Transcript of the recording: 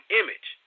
image